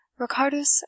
Ricardus